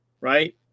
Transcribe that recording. right